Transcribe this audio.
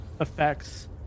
effects